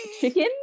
chicken